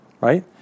right